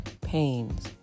pains